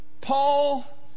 Paul